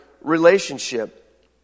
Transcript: relationship